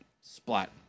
splat